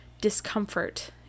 discomfort